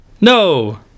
No